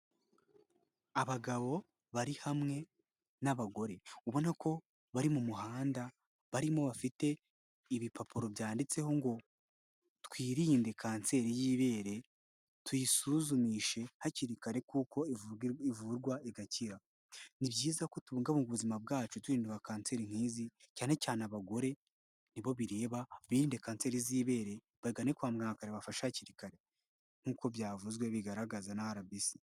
Abagabo bari hamwe n'abagore ubona ko bari mu muhanda barimo bafite ibipapuro byanditseho ngo twirinde kanseri y'ibere tuyisuzumishe hakiri kare kuko ivurwa igakira . Ni byiza ko tubuvuga mu buzima bwacu tuhindurindwa kanseri nk'izi cyane cyane abagore nibo bireba birinde kanseri y'ibere bagane kwa mwakarabafashe hakiri kare nkuko byavuzwe bigaragaza na rbc.